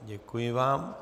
Děkuji vám.